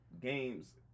games